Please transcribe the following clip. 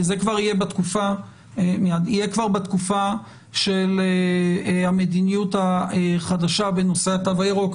זה כבר יהיה בתקופה של המדיניות החדשה בנושא התו הירוק.